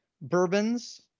bourbons